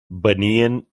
venien